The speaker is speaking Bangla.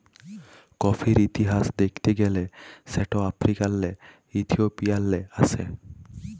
কফির ইতিহাস দ্যাখতে গ্যালে সেট আফ্রিকাল্লে ইথিওপিয়াল্লে আস্যে